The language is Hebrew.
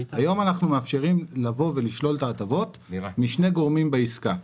היום אנחנו מאפשרים לשלול את ההטבות משני גורמים בעסקה,